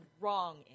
wrong